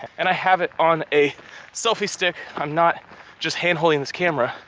and i have it on a selfie stick, i'm not just hand holding this camera.